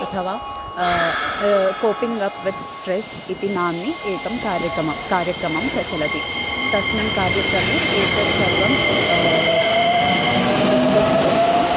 अथवा coping up with stress इति नाम्नः एकं कार्यकमं कार्यक्रमं प्रचलति तस्मिन् कार्यक्रमे एतत् सर्वं डिस्कस् कृत्वा